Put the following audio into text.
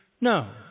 No